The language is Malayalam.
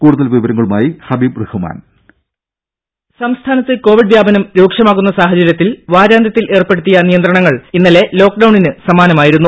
കൂടുതൽ വിവരങ്ങളുമായി ഹബീബ് റഹ്മാൻ വോയ്സ് ദേഴ സംസ്ഥാനത്ത് കൊവിഡ് വ്യാപനം രൂക്ഷമാകുന്ന സാഹചര്യത്തിൽ വാരാന്ത്യത്തിൽ ഏർപ്പെടുത്തിയ നിയന്ത്രണങ്ങൾ ഇന്നലെ ലോക്ഡൌണിന് സമാനമായിരുന്നു